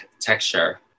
texture